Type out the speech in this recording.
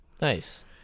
nice